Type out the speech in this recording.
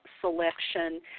selection